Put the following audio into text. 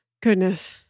Goodness